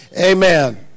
Amen